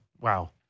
Wow